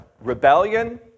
Rebellion